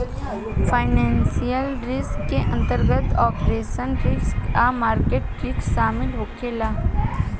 financial risk के अंतर्गत operational risk आ मार्केट रिस्क शामिल होखे ला